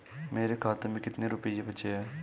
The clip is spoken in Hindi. मेरे खाते में कितने रुपये बचे हैं?